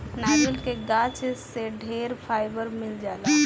नारियल के गाछ से ढेरे फाइबर मिल जाला